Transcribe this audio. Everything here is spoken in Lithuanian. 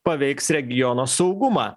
paveiks regiono saugumą